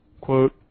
Quote